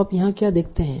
तो आप यहाँ क्या देखते हैं